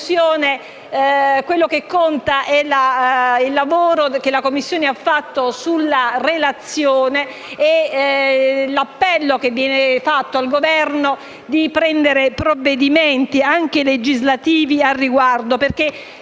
ciò che conta è il lavoro che la Commissione ha fatto sulla relazione e l'appello che viene rivolto al Governo è di adottare provvedimenti anche legislativi al riguardo.